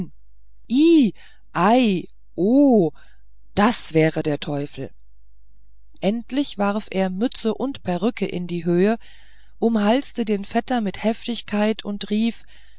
das wäre der teufel endlich warf er mütze und perücke in die höhe umhalste den vetter mit heftigkeit und rief